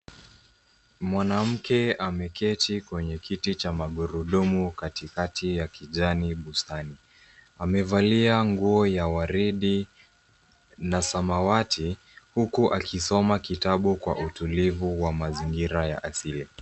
Mwanamke ameketi kwenye kiti cha magurudumu katikati ya kijani bustani. Amevalia nguo ya waride na samawati huku akisoma kitabu kwa utulifu wa mazingira ya asili.